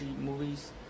movies